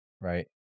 right